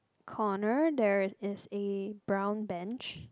corner there is a brown bench